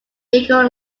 eagle